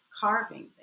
carving